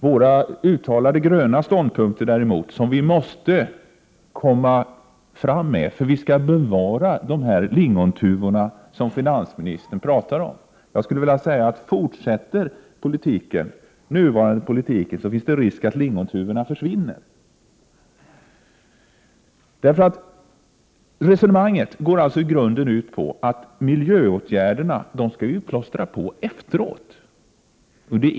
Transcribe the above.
Våra uttalade gröna ståndpunkter däremot måste vi komma fram med, om vi skall bevara lingontuvorna som finansministern talade om. Fortsätter den nuvarande politiken finns det risk för att lingontuvorna försvinner. Resonemanget går alltså i grunden ut på att miljöåtgärderna skall vi plåstra på efteråt.